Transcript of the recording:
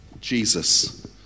Jesus